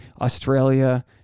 Australia